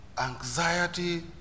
anxiety